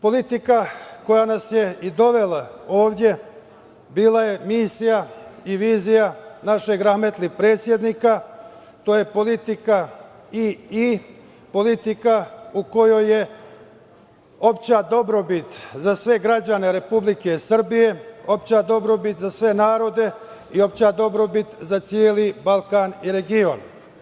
Politika koja nas je i dovela ovde bila je misija i vizija našeg rahmetli predsednika, to je politika i-i, politika u kojoj je opšta dobrobit za sve građane Republike Srbije, opšta dobrobit za sve narode i opšta dobrobit za celi Balkan i region.